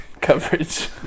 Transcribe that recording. coverage